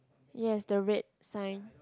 yes the red sign